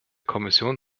kommission